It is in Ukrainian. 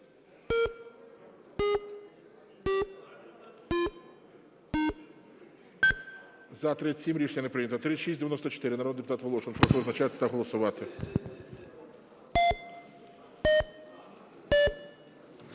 За-37 Рішення не прийнято. 3694, народний депутат Волошин. Прошу визначатись та голосувати.